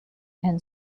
and